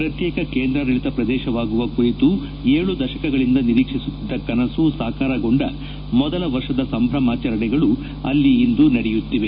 ಪ್ರತ್ಯೇಕ ಕೇಂದ್ರಾಡಳಿತ ಪ್ರದೇಶವಾಗುವ ಕುರಿತು ಏಳು ದಶಕಗಳಿಂದ ನಿರೀಕ್ಷಿಸುತ್ತಿದ್ದ ಕನಸು ಸಾಕಾರಗೊಂಡ ಮೊದಲ ವರ್ಷದ ಸಂಭ್ರಮಾಚರಣೆಗಳು ಅಲ್ಲಿ ಇಂದು ನಡೆಯುತ್ತಿದೆ